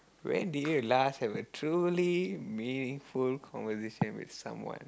when did you last have a truly meaningful conversation with someone